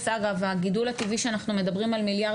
הגידול הטבעי שאנחנו מדברים על מיליארד